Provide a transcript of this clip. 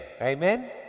Amen